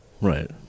Right